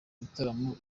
gitaramo